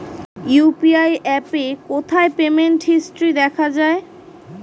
UPI অ্যাপে কোথায় payment history দেখা যায়?